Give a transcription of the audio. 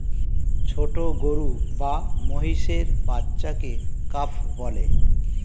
ছোট গরু বা মহিষের বাচ্চাকে কাফ বলে